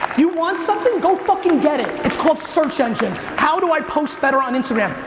you want something? go fucking get it. it's called search engines. how do i post better on instagram,